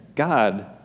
God